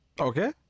okay